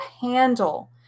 handle